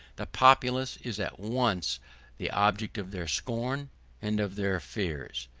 the populace is at once the object of their scorn and of their fears.